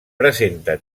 presenta